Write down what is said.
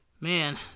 Man